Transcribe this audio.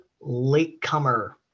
latecomer